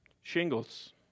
shingles